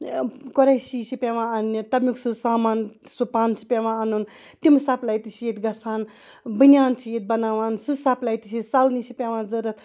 قۄریشی چھِ پیٚوان اَننہِ تمیُک سہُ سامان سہُ پَن چھُ پیٚوان اَنُن تم سَپلَے تہِ چھِ ییٚتہِ گَژھان بنیان چھِ ییٚتہِ بَناوان سہُ سَپلاے تہِ چھِ سَلنہِ چھِ پیٚوان ضوٚرَتھ